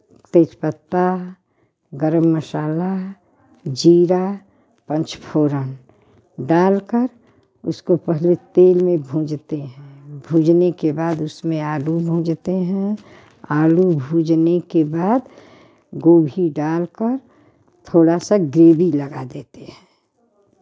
तेज पत्ता गरम मसाला जीरा पाँचफोरन डाल कर उसको पहले तेल में भूँजते हैं भूँजने के बाद उसमें आलू भूँजते हैं आलू भूँजने के बाद गोभी डाल कर थोड़ा सा ग्रेवी लगा देते हैं